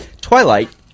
Twilight